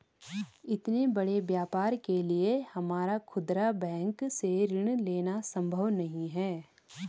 इतने बड़े व्यापार के लिए हमारा खुदरा बैंक से ऋण लेना सम्भव नहीं है